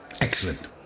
Excellent